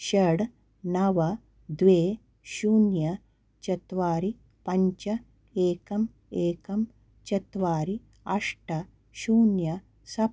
षट् नव द्वे शून्यं चत्वारि पञ्च एकं एकं चत्वारि अष्ट शून्यं सप्त